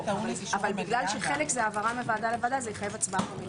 אבל בגלל שחלק זה העברה מוועדה לוועדה זה יחייב הצבעה במליאה.